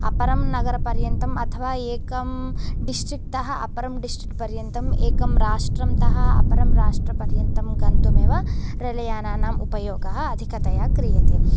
अपरं नगरपर्यन्तम् अथवा एकं डिस्ट्रिक्टतः अपरं डिस्ट्रिक्टपर्यन्तम् एकं राष्ट्रंतः अपरं राष्ट्रपर्यन्तं गन्तुमेव रेलयानानां उपयोगः अधिकतया क्रियते